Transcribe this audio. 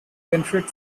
benefit